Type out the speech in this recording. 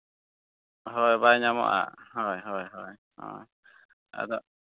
ᱦᱳᱭ ᱵᱟᱭ ᱧᱟᱢᱚᱜᱼᱟ ᱦᱳᱭ ᱦᱳᱭ ᱦᱚᱸ ᱟᱫᱚ